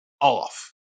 off